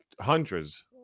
hundreds